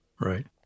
Right